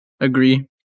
agree